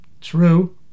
True